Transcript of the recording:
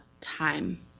time